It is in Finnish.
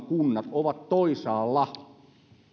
kunnat ovat toisaalla saaneet sen euromäärän helpotusta